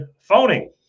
phoning